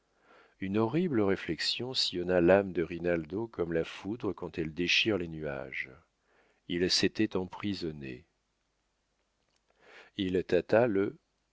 une horrible réflexion sillonna l'âme de rinaldo comme la foudre quand elle déchire les nuages il s'était emprisonné il tâta le